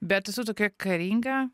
bet esu tokia karinga